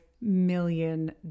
million